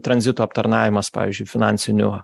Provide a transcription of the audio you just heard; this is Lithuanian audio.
tranzito aptarnavimas pavyzdžiui finansinių